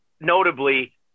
notably